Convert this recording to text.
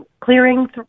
clearing